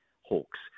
Hawks